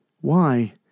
Why